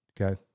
okay